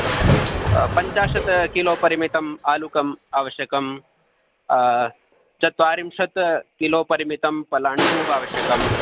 पञ्चाशत् किलो परिमितम् आलुकम् आवश्यकं चत्वारिंशत् किलो परिमितं पलाण्डु आवश्यकं